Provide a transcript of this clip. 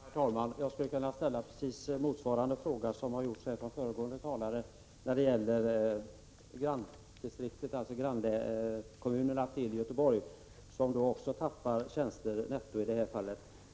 Herr talman! Jag skulle kunna ställa precis samma fråga som föregående talare när det gäller grannkommunerna till Göteborg, som också tappar tjänster netto i detta fall.